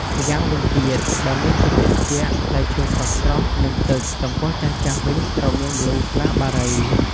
ម្យ៉ាងវិញទៀត បើមានជាភេសជ្ជៈ ផ្លែឈើស្រស់ៗ និងទឹក ចំពោះចាស់ៗវិញត្រូវមានម្លូស្លាបារី។